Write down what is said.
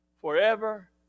forever